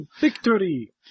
victory